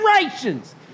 generations